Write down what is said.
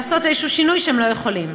לעשות איזשהו שינוי, והם לא יכולים.